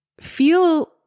feel